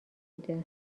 بوده